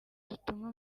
dutuma